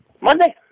Monday